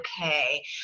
okay